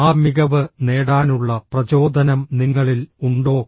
ആ മികവ് നേടാനുള്ള പ്രചോദനം നിങ്ങളിൽ ഉണ്ടോ